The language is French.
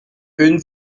une